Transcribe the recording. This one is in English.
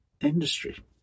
industry